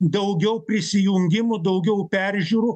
daugiau prisijungimų daugiau peržiūrų